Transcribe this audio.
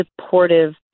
supportive